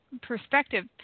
perspective